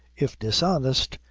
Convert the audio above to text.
if dishonest,